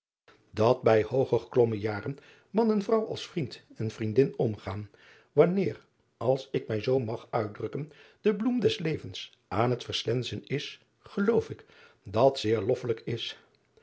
at bij hooger geklommen jaren man en vrouw als vriend en vriendin omgaan wanneer als ik mij zoo mag uitdrukken de bloem des levens aan het verslensen is geloof ik dat zeer loffelijk is